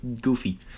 goofy